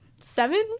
seven